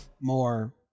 more